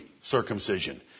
circumcision